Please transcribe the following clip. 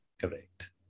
Correct